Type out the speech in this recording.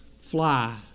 fly